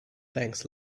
thanks